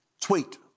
tweet